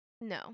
No